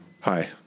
Hi